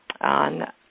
on